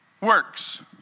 works